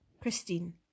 Christine